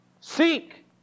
Seek